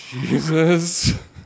Jesus